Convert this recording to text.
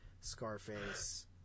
scarface